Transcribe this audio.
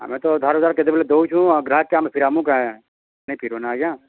ଆମେ ତ ଧାର୍ ଉଧାର୍ କେତେବେଲେ ଦେଉଛୁଁ ଆଉ ଗ୍ରାହକକୁ ଆମେ ଫେରାମୁ କାଏଁ ନାଇଁ ଫେରାମୁ ଆଜ୍ଞା